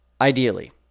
Ideally